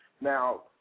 Now